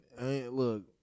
look